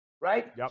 right